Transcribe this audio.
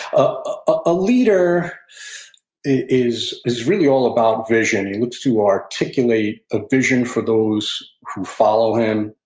a leader is is really all about vision. he looks to articulate a vision for those who follow him,